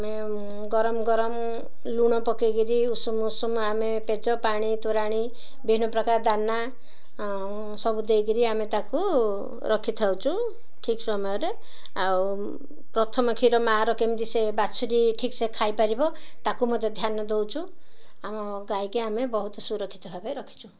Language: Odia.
ଆମେ ଗରମ ଗରମ ଲୁଣ ପକାଇକିରି ଉଷୁମ ଉଷୁମ ଆମେ ପେଜ ପାଣି ତୋରାଣୀ ବିଭିନ୍ନ ପ୍ରକାର ଦାନା ସବୁ ଦେଇକିରି ଆମେ ତାକୁ ରଖିଥାଉଛୁ ଠିକ୍ ସମୟରେ ଆଉ ପ୍ରଥମ କ୍ଷୀର ମାଆର କେମିତି ସେ ବାଛୁରୀ ଠିକ୍ ସେ ଖାଇପାରିବ ତାକୁ ମଧ୍ୟ ଧ୍ୟାନ ଦଉଛୁ ଆମ ଗାଈକି ଆମେ ବହୁତ ସୁରକ୍ଷିତ ଭାବେ ରଖିଛୁ